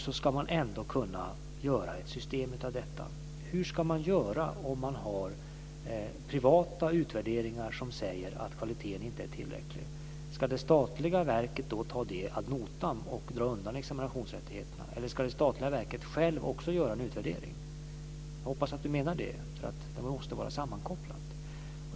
Så ska man då kunna skapa ett system av detta. Hur ska man göra med privata utvärderingar som säger att kvaliteten inte är tillräcklig? Ska det statliga verket då ta detta ad notam och dra undan examinationsrättigheterna eller ska också det statliga verket självt göra en utvärdering? Jag hoppas att det är det som Ulf Nilsson menar, därför att detta måste vara sammankopplat.